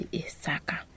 isaka